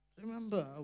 Remember